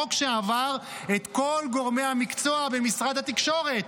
חוק שעבר את כל גורמי המקצוע במשרד התקשורת,